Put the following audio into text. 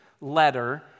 letter